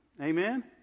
Amen